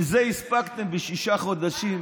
אם את זה הספקתם בשישה חודשים,